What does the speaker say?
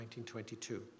1922